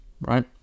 right